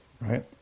Right